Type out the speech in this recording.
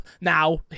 now